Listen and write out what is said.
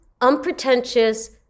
unpretentious